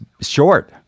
short